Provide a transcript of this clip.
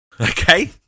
Okay